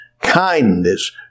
kindness